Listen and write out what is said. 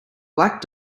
black